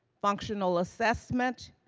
functional assessment,